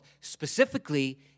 Specifically